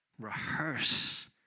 Rehearse